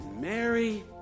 Mary